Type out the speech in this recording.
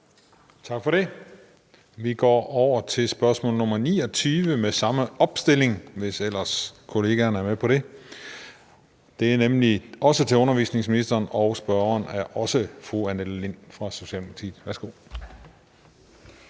Tak for det. Vi går over til spørgsmål nr. 29 med samme opstilling, hvis ellers kollegaerne er med på det. Det er nemlig også til undervisningsministeren, og spørgeren er også fru Annette Lind fra Socialdemokratiet. Kl.